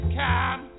come